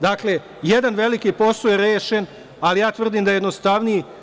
Dakle, jedan veliki posao je rešen, ali ja tvrdim da je jednostavniji.